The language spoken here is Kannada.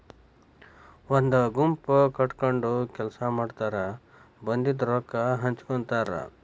ಒಂದ ಗುಂಪ ಕಟಗೊಂಡ ಕೆಲಸಾ ಮಾಡತಾರ ಬಂದಿದ ರೊಕ್ಕಾ ಹಂಚಗೊತಾರ